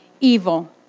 evil